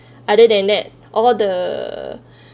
other than that all the